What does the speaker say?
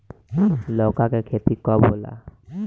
लौका के खेती कब होला?